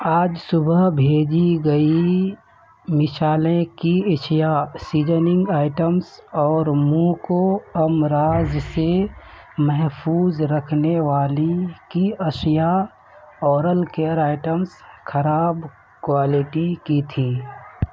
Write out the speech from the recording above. آج صبح بھیجی گئی مسالے کی اشیا سیزننگ آئٹمس اور منہ کو امراض سے محفوظ رکھنے والی کی اشیا اورل کیئر آئٹمس خراب کوالٹی کی تھیں